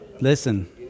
Listen